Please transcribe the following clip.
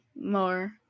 more